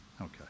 Okay